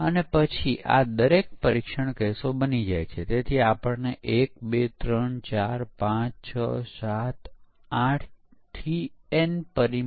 અને waterfall model જેમ જોખમ સંચાલન માટે પણ કોઈ સ્પષ્ટ પદ્ધતિ નથી